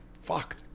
fuck